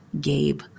Gabe